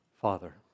Father